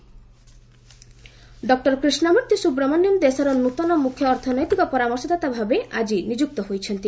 CEA appointment ଡଃ କ୍ରିଷ୍ଣାମୂର୍ତ୍ତି ସୁବ୍ରମଣ୍ୟମ ଦେଶର ନୂତନ ମୁଖ୍ୟ ଅର୍ଥନେତିକ ପରାମର୍ଶଦାତା ଭାବେ ଆଜି ନିଯୁକ୍ତ ହୋଇଛନ୍ତି